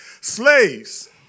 Slaves